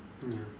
mm ya